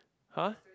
!huh!